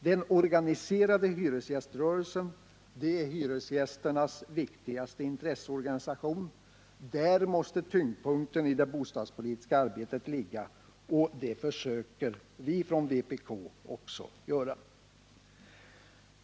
Den organiserade hyresgäströrelsen är hyresgästernas viktigaste intresseorganisation — där måste tyngdpunkten i det bostadspolitiska arbetet ligga, och det försöker vi inom vpk också åstadkomma.